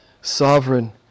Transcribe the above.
sovereign